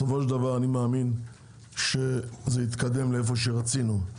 אני מאמין שבסופו של דבר זה יתקדם לאן שרצינו.